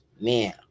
Man